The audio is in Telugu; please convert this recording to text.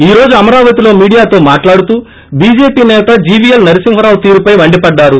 ఈ రోజు అమరావతిలో మీడియాతో మాట్లాడుతూ చీజేపీ సేత జీవీఎల్ నరసింహారావు తీరుపై మండిపడ్డారు